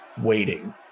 waiting